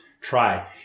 try